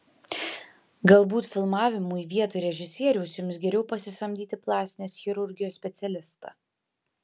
galbūt filmavimui vietoj režisieriaus jums geriau pasisamdyti plastinės chirurgijos specialistą